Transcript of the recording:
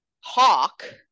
Hawk